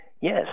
Yes